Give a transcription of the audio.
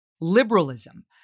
liberalism